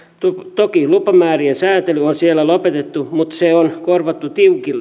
toki lupamäärien säätely on siellä lopetettu mutta se on korvattu